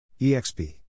EXP